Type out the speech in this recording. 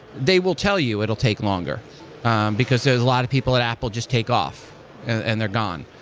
they will tell you it'll take longer because there's a lot of people at apple just take off and they're gone.